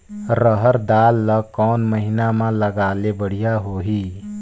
रहर दाल ला कोन महीना म लगाले बढ़िया होही?